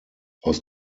aus